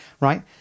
right